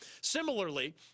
Similarly